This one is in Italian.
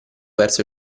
verso